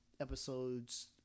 episodes